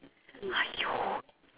!aiyo!